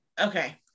Okay